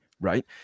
right